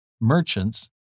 merchants